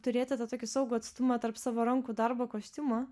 turėti tą tokį saugų atstumą tarp savo rankų darbo kostiumo